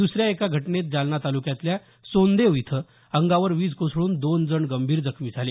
दुसऱ्या एका घटनेत जालना तालुक्यातल्या सोनदेव इथं अंगावर वीज कोसळून दोन जण गंभीर जखमी झाले